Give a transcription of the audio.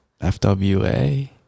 FWA